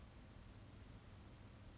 for example bill gates